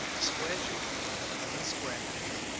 a square jaw and square hands.